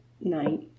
night